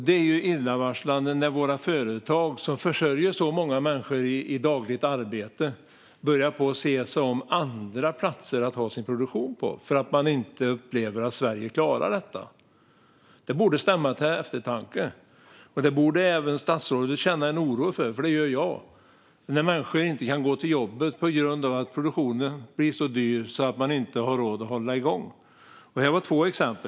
Det är illavarslande när våra företag som försörjer så många människor i dagligt arbete börjar se sig om efter andra platser att ha sin produktion på för att man upplever att Sverige inte klarar detta. Det borde stämma till eftertanke. Det borde även statsrådet känna en oro för. Det gör jag. Det handlar om att människor inte kan gå till jobbet för att produktionen blir så dyr att man inte har råd att hålla igång den. Det här var två exempel.